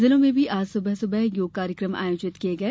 जिलों में भी आज सुबह सुबह योग कार्यक्रम आयोजित किए गए